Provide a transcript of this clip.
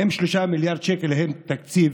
האם 3 מיליארד שקל הם תקציב